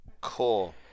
cool